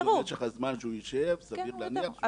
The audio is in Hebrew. אז משך הזמן שהוא ישהה סביר להניח --- כן,